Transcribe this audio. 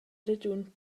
regiun